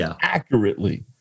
accurately